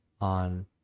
on